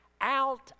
out